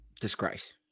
Disgrace